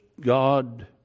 God